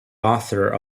author